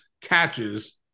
catches